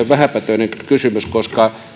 vähäpätöinen kysymys